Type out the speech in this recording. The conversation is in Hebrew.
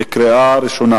אם כך,